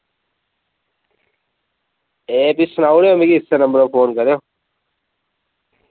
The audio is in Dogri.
ए फ्ही सनाउड़ेओ मिगी इस्से नम्बर पर फोन करेओ